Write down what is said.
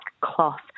cloth